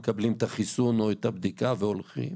מקבלים את החיסון או את הבדיקה והולכים,